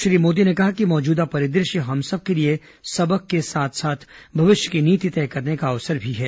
प्रधानमंत्री ने कहा कि मौजूदा परि दृश्य हम सब के लिए सबक के साथ साथ भविष्य की नीति तय करने का अवसर भी है